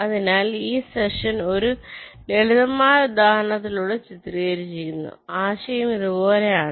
അതിനാൽ ഈ സെഷൻ ഒരു ലളിതമായ ഉദാഹരണത്തിലൂടെ ചിത്രീകരിച്ചിരിക്കുന്നു ആശയം ഇതുപോലെയാണ്